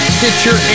Stitcher